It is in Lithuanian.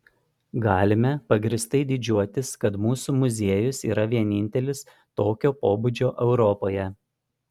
galime pagrįstai didžiuotis kad mūsų muziejus yra vienintelis tokio pobūdžio europoje